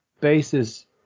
basis